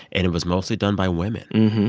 and it was mostly done by women.